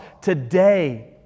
Today